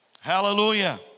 Hallelujah